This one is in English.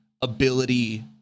ability